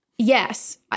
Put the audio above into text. Yes